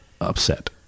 upset